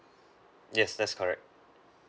yes that's correct